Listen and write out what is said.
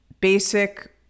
basic